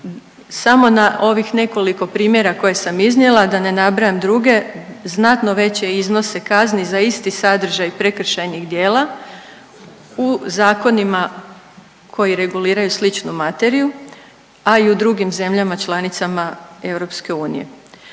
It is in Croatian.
samo na ovih nekoliko primjera koje sam iznijela, da ne nabrajam druge, znatno veće iznose kazni za isti sadržaj prekršajnih djela u zakonima koji reguliraju sličnu materiju, a i u drugim zemljama članicama EU.